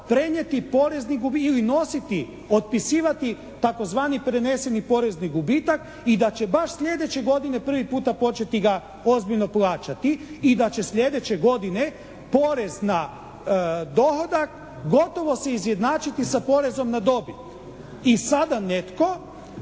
prenijeti porezni, ili nositi, otpisivati tzv. porezni gubitak i da će baš sljedeće godine prvi puta početi ga ozbiljno plaćati i da će sljedeće godine porez na dohodak gotovo se izjednačiti sa porezom na dobit. I sada netko